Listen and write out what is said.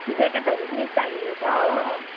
ज्याकेटहरू पनि चाहिएको छ हो